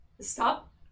Stop